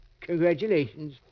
Congratulations